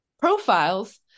profiles